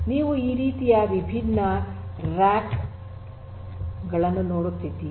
ನೀವು ಈ ರೀತಿಯ ವಿಭಿನ್ನ ರ್ಯಾಕ್ ಗಳನ್ನು ನೋಡುತ್ತಿದ್ದೀರಿ